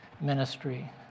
ministry